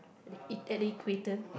at the equator